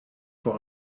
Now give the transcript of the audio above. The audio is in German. vor